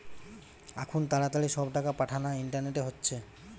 আখুন তাড়াতাড়ি সব টাকা পাঠানা ইন্টারনেটে হচ্ছে